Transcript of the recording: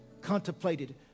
contemplated